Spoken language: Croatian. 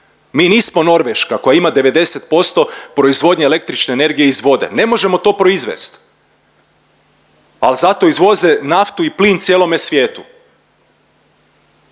Mi nismo Norveška koja ima 90% proizvodnje električne energije iz vode, ne možemo to proizvest, al zato izvoze naftu i plin cijelome svijetu.